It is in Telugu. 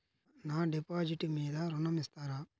నా డిపాజిట్ మీద ఋణం ఇస్తారా?